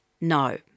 No